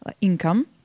income